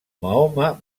mahoma